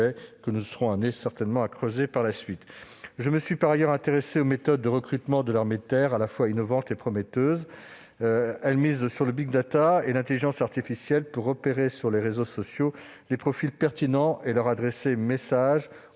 que nous serons certainement amenés à creuser par la suite. Je me suis par ailleurs intéressé aux méthodes de recrutement de l'armée de terre, à la fois innovantes et prometteuses. Elles misent sur le et l'intelligence artificielle pour repérer sur les réseaux sociaux les profils pertinents et leur adresser messages